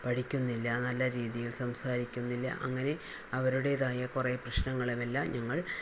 പഠിക്കുന്നില്ല നല്ല രീതിയിൽ സംസാരിക്കുന്നില്ല അങ്ങനെ അവരുടേതായ കുറേ പ്രശ്നങ്ങളുമെല്ലാം ഞങ്ങൾ